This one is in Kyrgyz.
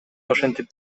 ошентип